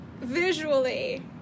visually